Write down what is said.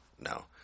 no